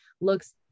looks